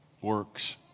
works